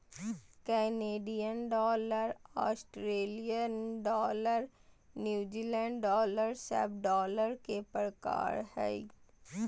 Canadian dollar, Australian dollar, New Zealand dollar सब dollar के प्रकार हय